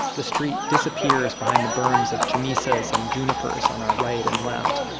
the street disappears behind the berms of chamisas and junipers on our right and left.